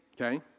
okay